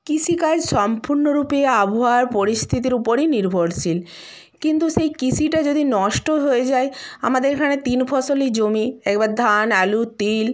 কৃষিকাজ সম্পূর্ণরূপে আবহাওয়ার পরিস্থিতির উপরই নির্ভরশীল কিন্তু সেই কৃষিটা যদি নষ্ট হয়ে যায় আমাদের এখানে তিন ফসলি জমি একবার ধান আলু তিল